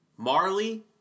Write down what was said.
Marley